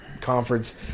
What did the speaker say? conference